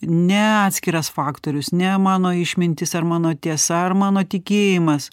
ne atskiras faktorius ne mano išmintis ar mano tiesa ar mano tikėjimas